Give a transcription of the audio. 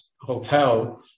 hotel